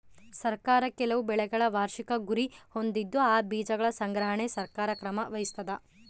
ಸರ್ಕಾರ ಕೆಲವು ಬೆಳೆಗಳ ವಾರ್ಷಿಕ ಗುರಿ ಹೊಂದಿದ್ದು ಆ ಬೀಜಗಳ ಸಂಗ್ರಹಣೆಗೆ ಸರ್ಕಾರ ಕ್ರಮ ವಹಿಸ್ತಾದ